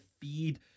feed